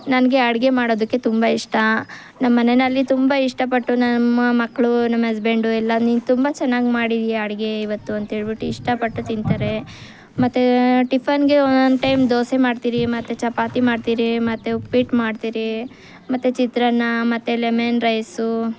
ನನಗೆ ಅಡುಗೆ ಮಾಡೋದಕ್ಕೆ ತುಂಬ ಇಷ್ಟ ನಮ್ಮನೆಯಲ್ಲಿ ತುಂಬ ಇಷ್ಟಪಟ್ಟು ನಮ್ಮ ಮಕ್ಕಳು ನಮ್ಮ ಅಸ್ಬೆಂಡು ಎಲ್ಲ ನೀನು ತುಂಬ ಚೆನ್ನಾಗಿ ಮಾಡಿದ್ದೀಯಾ ಅಡುಗೆ ಇವತ್ತು ಅಂಥೇಳ್ಬಿಟ್ಟು ಇಷ್ಟಪಟ್ಟು ತಿಂತಾರೆ ಮತ್ತೆ ಟಿಫನ್ಗೆ ಒಂದೊಂದು ಟೈಮ್ ದೋಸೆ ಮಾಡ್ತೀವಿ ಮತ್ತು ಚಪಾತಿ ಮಾಡ್ತೀರಿ ಮತ್ತು ಉಪ್ಪಿಟ್ಟು ಮಾಡ್ತೀರಿ ಮತ್ತು ಚಿತ್ರಾನ್ನ ಮತ್ತು ಲೆಮನ್ ರೈಸು